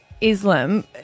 Islam